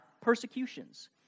persecutions